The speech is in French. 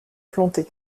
plantées